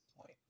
point